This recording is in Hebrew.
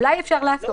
אולי אפשר לעשות